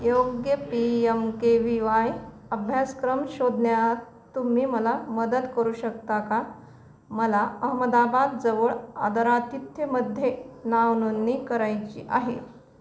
योग्य P M K V Y अभ्यासक्रम शोधण्यात तुम्ही मला मदत करू शकता का मला अहमदाबाद जवळ आदरातिथ्यमध्ये नावनोंदणी करायची आहे